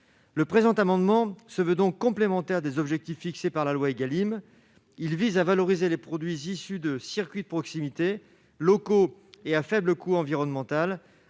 le présent amendement se veut donc complémentaires des objectifs fixés par la loi Egalim il vise à valoriser les produits issus de circuits de proximité locaux et à faible coût environnemental